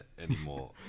anymore